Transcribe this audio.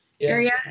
area